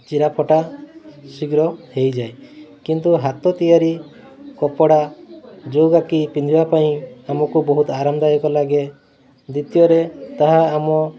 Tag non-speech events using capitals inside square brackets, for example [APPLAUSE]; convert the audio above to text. ଚିରାଫଟା ଶୀଘ୍ର ହେଇଯାଏ କିନ୍ତୁ ହାତ ତିଆରି କପଡ଼ା ଯେଉଁ [UNINTELLIGIBLE] ପିନ୍ଧିବା ପାଇଁ ଆମକୁ ବହୁତ ଆରାମଦାୟକ ଲାଗେ ଦ୍ଵିତୀୟରେ ତାହା ଆମ